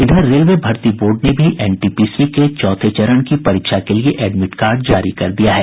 इधर रेलवे भर्ती बोर्ड ने भी एनटीपीसी के चौथे चरण की परीक्षा के लिए एडमिड कार्ड जारी कर दिया है